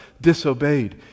disobeyed